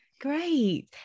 Great